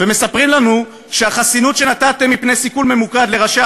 ומספרים שלנו שהחסינות שנתתם מפני סיכול ממוקד לראשי